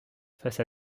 face